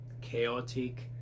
chaotic